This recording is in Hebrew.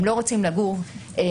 ואם הם לא רוצים לגור שם,